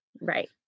Right